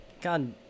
God